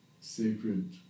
sacred